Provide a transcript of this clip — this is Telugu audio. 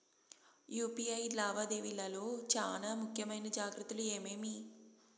యు.పి.ఐ లావాదేవీల లో చానా ముఖ్యమైన జాగ్రత్తలు ఏమేమి?